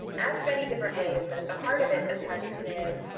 asked many different ways. but at the heart of it, the question is,